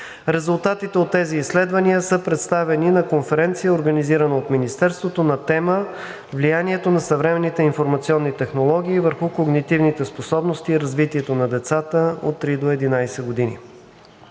Резултатите от тези изследвания са представени на конференция, организирана от Министерството, на тема „Влиянието на съвременните информационни технологии върху когнитивните способности и развитието на децата от 3 до 11 години“.